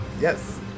Yes